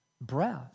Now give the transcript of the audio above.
breath